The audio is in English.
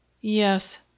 Yes